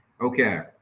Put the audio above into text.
Okay